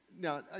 now